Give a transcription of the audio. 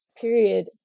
period